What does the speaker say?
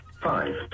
five